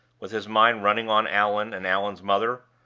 with his mind running on allan and allan's mother,